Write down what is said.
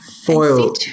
foil